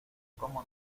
como